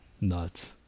nuts